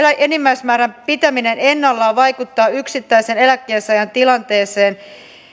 enimmäismäärän pitäminen ennallaan vaikuttaa yksittäisen eläkkeensaajan tilanteeseen